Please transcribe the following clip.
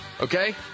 Okay